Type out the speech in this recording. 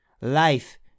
life